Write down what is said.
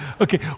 Okay